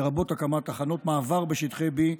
לרבות הקמת תחנות מעבר בשטחי B,